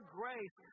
grace